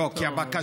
לא, כי אמרתי,